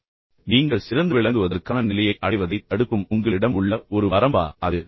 இப்போது பு நீங்கள் சிறந்து விளங்குவதற்கான நிலையை அடைவதைத் தடுக்கும் உங்களிடம் உள்ள ஒரு வரம்பா அது